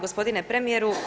Gospodine premijeru.